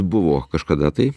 buvo kažkada tai